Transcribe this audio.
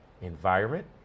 environment